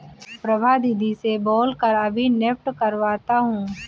प्रभा दीदी से बोल कर अभी नेफ्ट करवाता हूं